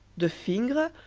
de fingre,